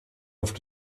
auf